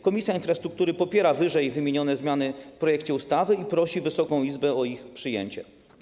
Komisja Infrastruktury popiera ww. zmiany w projekcie ustawy i prosi Wysoką Izbę o ich przyjęcie.